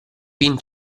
pin